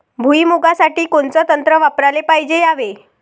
भुइमुगा साठी कोनचं तंत्र वापराले पायजे यावे?